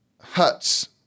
huts